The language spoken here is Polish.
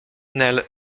nel